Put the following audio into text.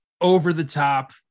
over-the-top